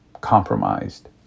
compromised